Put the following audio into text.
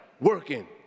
working